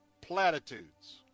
platitudes